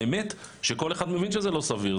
האמת שכל אחד מבין שזה לא סביר,